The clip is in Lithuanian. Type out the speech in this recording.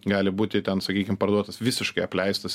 gali būti ten sakykim parduotas visiškai apleistas